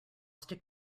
stick